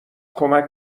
کمک